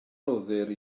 roddir